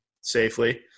safely